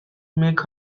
make